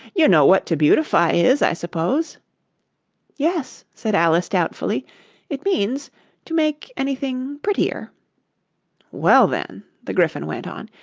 you know what to beautify is, i suppose yes, said alice doubtfully it means to make anything prettier well, then the gryphon went on,